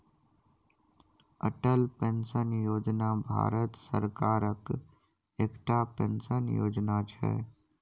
Atal pension योजना भारत सरकारक एकटा पेंशन योजना छै